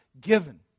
given